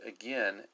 again